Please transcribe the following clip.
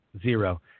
zero